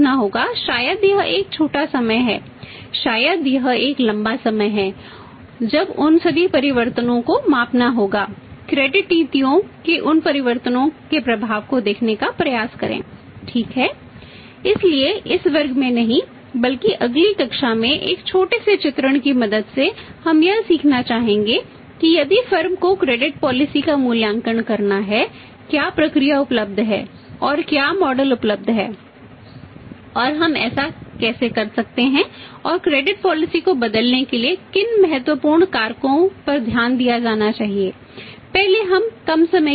और लंबे समय तक इसे बदलते समय महत्वपूर्ण विचार क्या हैं